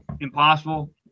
impossible